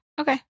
Okay